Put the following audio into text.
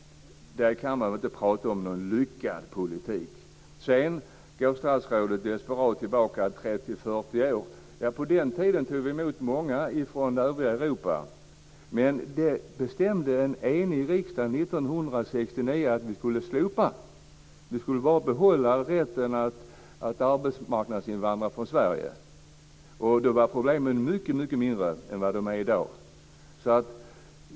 Där kan man väl inte tala om någon lyckad politik? Sedan går statsrådet desperat tillbaka 30-40 år. På den tiden tog vi emot många ifrån övriga Europa, men det bestämde en enig riksdag 1969 att vi skulle slopa, att vi bara skulle behålla rätten att arbetsmarknadsinvandra. Då var problemen mycket mindre än vad de är i dag.